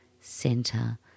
center